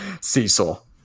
Cecil